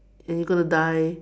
and you gonna die